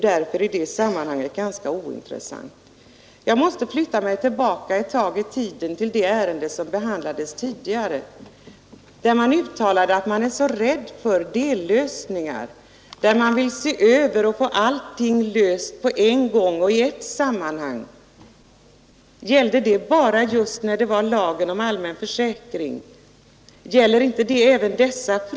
När ör i detta sammanhang ganska Jag måste gå litet tillbaka i tiden till det ärende vi behandlade tidigare Nr 117 Onsdagen den översyn och få alla problem lösta på en gång och i ett sammanhang 15 november 1972 Gällde det bara lagen om allmän försäkring? Gäller det inte även dessa i dag.